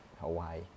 Hawaii